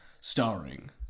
starring